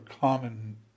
common